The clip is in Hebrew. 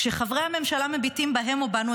כשחברי הממשלה מביטים בהם או בנו,